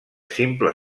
simple